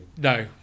No